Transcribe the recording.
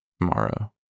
tomorrow